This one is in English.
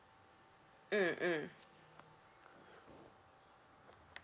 mm mm